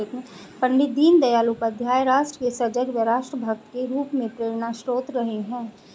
पण्डित दीनदयाल उपाध्याय राष्ट्र के सजग व राष्ट्र भक्त के रूप में प्रेरणास्त्रोत रहे हैं